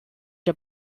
der